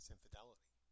infidelity